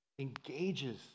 engages